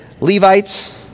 Levites